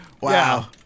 Wow